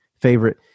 favorite